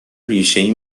ریشهای